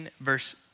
verse